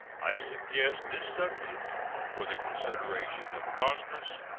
i suggest this subject for the consideration of congress,